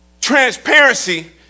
transparency